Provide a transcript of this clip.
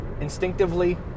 Instinctively